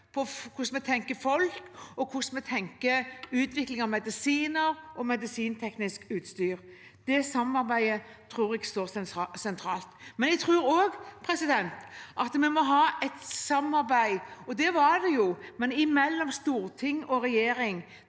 hvordan vi tenker folk, og hvordan vi tenker utvikling av medisiner og medisinskteknisk utstyr. Det samarbeidet tror jeg står sentralt. Jeg tror også at vi må ha et samarbeid, og det var det jo, mellom storting og regjering.